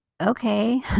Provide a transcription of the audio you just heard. okay